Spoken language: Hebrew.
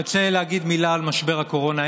אני רוצה להגיד מילה על משבר הקורונה.